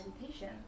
meditation